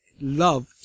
love